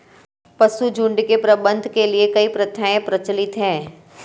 पशुझुण्ड के प्रबंधन के लिए कई प्रथाएं प्रचलित हैं